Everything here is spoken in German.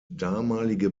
damalige